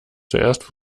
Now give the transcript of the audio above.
zuerst